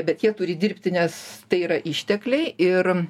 bet jie turi dirbti nes tai yra ištekliai ir